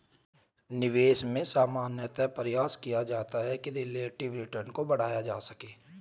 निवेश में सामान्यतया प्रयास किया जाता है कि रिलेटिव रिटर्न को बढ़ाया जा सके